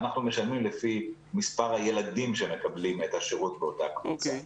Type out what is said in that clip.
אנחנו משלמים לפי מספר הילדים שמקבלים את השירות באותה קבוצה.